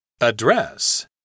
address